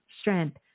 strength